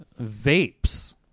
vapes